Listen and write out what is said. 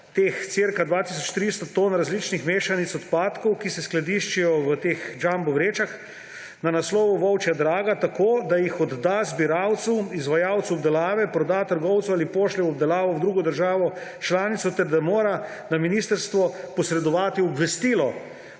tisoč 300 ton različnih mešanic odpadkov, ki se skladiščijo v teh jumbo vrečah na naslovu Volčja Draga, tako, da jih odda zbiralcu, izvajalcu obdelave, proda trgovcu ali pošlje v obdelavo v drugo državo članico ter da mora na ministrstvo posredovati obvestilo